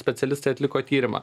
specialistai atliko tyrimą